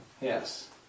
Yes